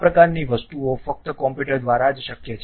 આ પ્રકારની વસ્તુઓ ફક્ત કમ્પ્યુટર દ્વારા જ શક્ય છે